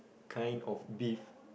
kind of beef